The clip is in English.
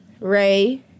Ray